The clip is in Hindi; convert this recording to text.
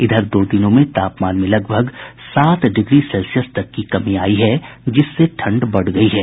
इधर दो दिनों में तापमान में लगभग सात डिग्री सेल्सियस तक की कमी आयी है जिससे ठंड बढ़ गयी है